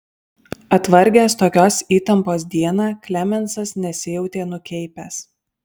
atvargęs tokios įtampos dieną klemensas nesijautė nukeipęs